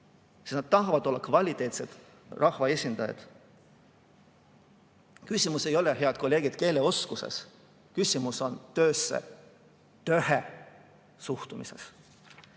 sest nad tahavad olla kvaliteetsed rahva esindajad. Küsimus ei ole, head kolleegid, keeleoskuses, küsimus on töhe suhtumises.